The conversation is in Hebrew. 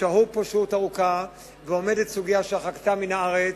שהו פה שהות ארוכה, ועומדת סוגיה של הרחקתם מהארץ.